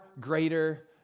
greater